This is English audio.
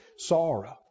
Sorrow